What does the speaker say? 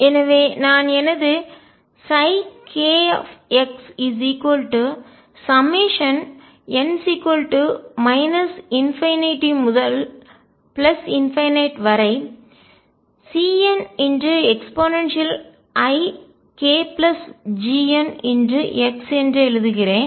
எனவே நான் எனது kxn ∞CneikGnx என்று எழுதுகிறேன்